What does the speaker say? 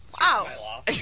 Wow